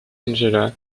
angela